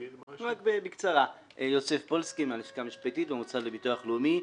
מהלשכה המשפטית, המוסד לביטוח הלאומי.